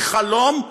היא חלום,